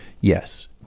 yes